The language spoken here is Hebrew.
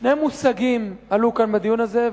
שני מושגים עלו כאן בדיון הזה,